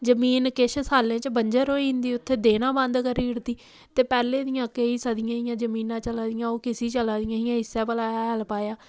जमीन किश सालें च बंजर होई जंदी उत्थै देना बंद करी ओड़दी ते पैह्ले दियां केई सदियें दियां जमीना चला दियां ओह् किसी चला दियां हियां इस्सै भला हैल पाया